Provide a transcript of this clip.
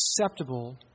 acceptable